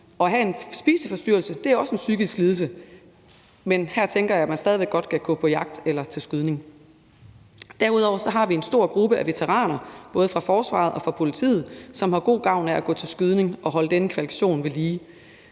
At have en spiseforstyrrelse er også en psykisk lidelse, men her tænker jeg, man stadig væk godt kan gå på jagt eller til skydning. Derudover har vi en stor gruppe af veteraner fra både forsvaret og politiet, som har god gavn af at gå til skydning og holde denne kvalifikation ved lige.